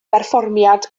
berfformiad